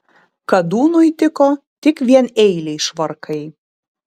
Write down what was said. kadūnui tiko tik vieneiliai švarkai